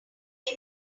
let